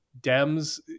Dems